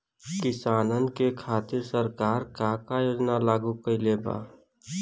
किसानन के खातिर सरकार का का योजना लागू कईले बा?